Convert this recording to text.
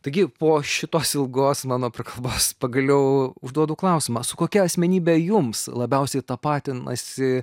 taigi po šitos ilgos mano prakalbas pagaliau užduodu klausimą su kokia asmenybe jums labiausiai tapatinasi